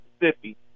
Mississippi